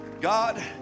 God